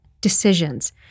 decisions